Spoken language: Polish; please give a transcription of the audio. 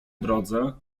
drodze